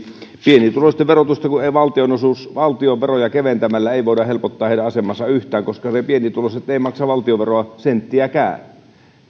pienituloisten verotusta ja heidän asemaansa ei valtionveroja keventämällä voida helpottaa yhtään koska pienituloiset eivät maksa valtionveroa senttiäkään